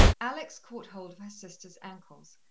alex caught hold of her sister's ankles,